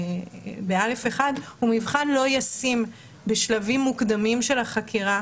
בסעיף קטן (א1) הוא מבחן לא ישים בשלבים מוקדמים של החקירה,